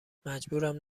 مجبورم